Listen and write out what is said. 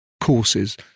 courses